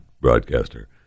broadcaster